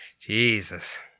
Jesus